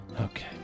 Okay